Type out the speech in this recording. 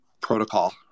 protocol